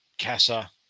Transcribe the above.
CASA